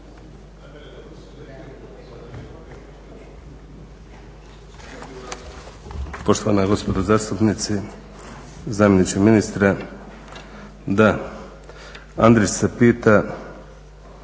Poštovana gospodo zastupnici, zamjeniče ministra. Da, Andrić se pita